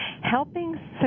helping